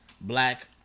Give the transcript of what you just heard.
black